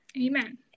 Amen